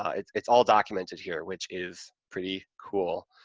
ah it's it's all documented here, which is pretty cool.